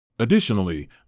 Additionally